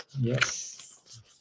Yes